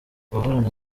guhorana